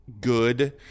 good